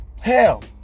Hell